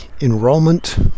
enrolment